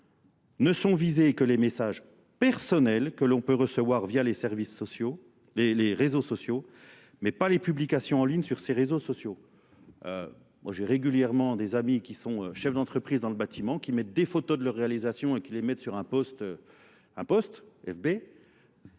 ne sont visées que les messages personnels que l'on peut recevoir via les réseaux sociaux, mais pas les publications en ligne sur ces réseaux sociaux. J'ai régulièrement des amis qui sont chefs d'entreprise dans le bâtiment, qui mettent des photos de leur réalisation et qui les mettent sur un poste FB.